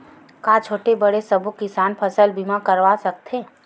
का छोटे बड़े सबो किसान फसल बीमा करवा सकथे?